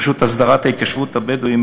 או רשות הסדרת התיישבות הבדואים,